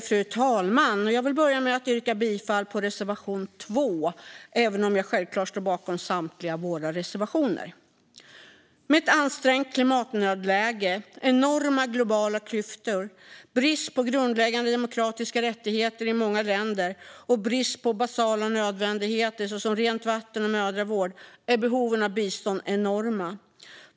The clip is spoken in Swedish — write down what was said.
Fru talman! Jag börjar med att yrka bifall till reservation 2, även om jag självklart står bakom samtliga våra reservationer. Med ett ansträngt klimatnödläge, enorma globala klyftor, brist på grundläggande demokratiska rättigheter i många länder och brist på basala nödvändigheter såsom rent vatten och mödravård är behoven av bistånd enorma.